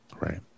Right